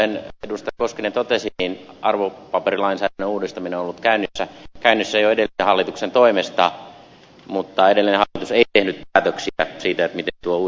kuten edustaja koskinen totesi arvopaperilainsäädännön uudistaminen on ollut käynnissä jo edellisen hallituksen toimesta mutta edellinen hallitus ei tehnyt päätöksiä siitä miten tuo uudistus etenee